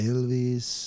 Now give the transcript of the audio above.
Elvis